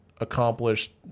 accomplished